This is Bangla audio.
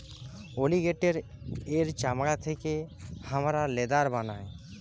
অলিগেটের এর চামড়া থেকে হামরা লেদার বানাই